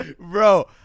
Bro